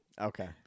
Okay